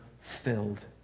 filled